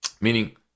meaning